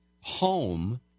home